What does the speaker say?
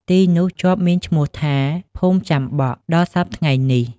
ទីនោះជាប់មានឈ្មោះថា ភូមិចាំបក់ ដល់សព្វថ្ងៃនេះ ។